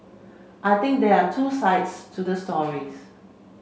I think there are two sides to the stories